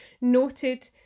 noted